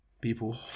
people